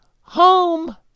Home